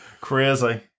Crazy